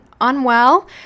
unwell